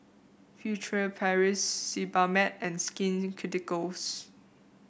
Furtere Paris Sebamed and Skin Ceuticals